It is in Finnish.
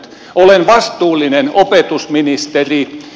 olen vastuullinen opetusministeri